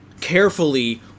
carefully